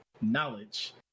knowledge